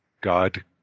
god